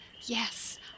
yes